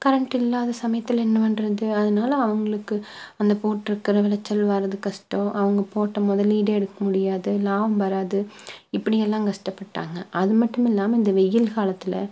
current இல்லாத சமயத்தில் என்ன பண்ணுறது அதனால அவர்களுக்கு அந்த போட்டிருக்குற விளச்சல் வரது கஷ்டம் அவங்க போட்ட முதலீடு எடுக்க முடியாது லாபம் வராது இப்படியெல்லாம் கஷ்டப்பட்டாங்க அது மட்டும் இல்லாமல் இந்த வெயில் காலத்தில்